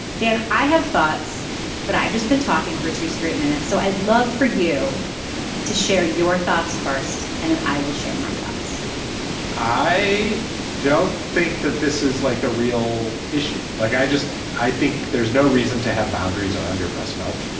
dan i have thoughts but i've just been talking for two straight minutes so i'd love for you to share your thoughts first and then i will share my thoughts i don't think that this is like a real issue like i just i think there's no reason to have boundaries are under breastmilk.